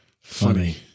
funny